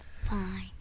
Fine